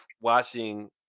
watching